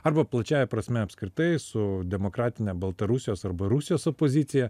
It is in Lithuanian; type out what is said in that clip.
arba plačiąja prasme apskritai su demokratine baltarusijos arba rusijos opozicija